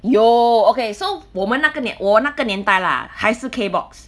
有 okay so 我们那个年我那个年代啦还是 K box